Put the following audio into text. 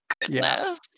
goodness